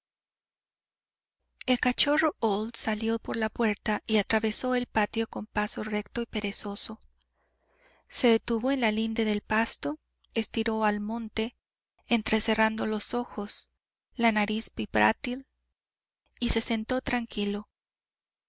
el cachorro old salió por la puerta y atravesó el patio con paso recto y perezoso se detuvo en la linde del pasto estiró al monte entrecerrando los ojos la nariz vibrátil y se sentó tranquilo